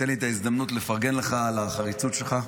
תן לי את ההזדמנות לפרגן לך על החריצות שלך.